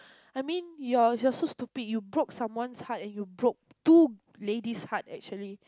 I mean you're you're so stupid you broke someone's heart and you broke two ladies heart actually